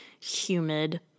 humid